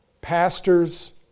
pastors